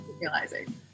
Realizing